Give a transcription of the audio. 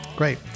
Great